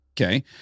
Okay